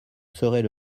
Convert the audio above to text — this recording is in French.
serais